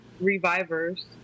revivers